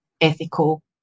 ethical